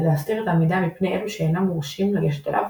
להסתיר את המידע מפני אילו שאינם מורשים לגשת אליו